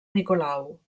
nicolau